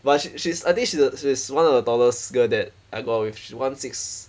but she she's I think she's a she's one of the tallest girl that I go out with she one six